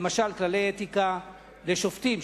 למשל כללי אתיקה לשופטים.